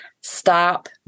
Stop